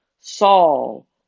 Saul